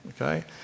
Okay